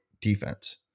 defense